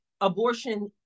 abortion